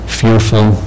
fearful